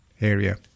area